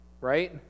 right